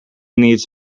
needs